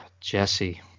Jesse